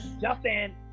Justin